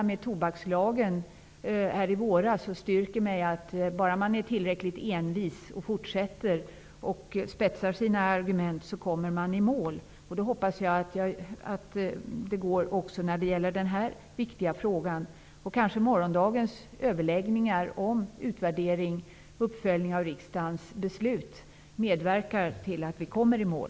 Men framgångarna här i våras med tobakslagen styrker mig i tron att om man bara är tillräckligt envis och fortsätter att spetsa sina argument så kommer man i mål. Det hoppas jag gäller även i den här viktiga frågan. Kanske morgondagens överläggningar om utvärdering och uppföljning av riksdagens beslut medverkar till att vi kommer i mål.